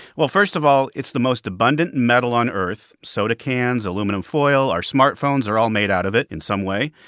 well, first of all, it's the most abundant metal on earth. soda cans, aluminum foil, our smartphones are all made out of it in some way.